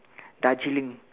Darjeeling